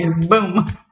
boom